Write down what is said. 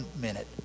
minute